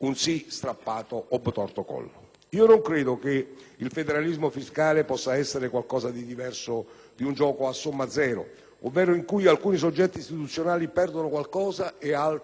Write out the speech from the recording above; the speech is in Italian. Non credo che il federalismo fiscale possa essere qualcosa di diverso da un gioco a somma zero ovvero un gioco in cui alcuni soggetti istituzionali perdono qualcosa ed altri guadagnano.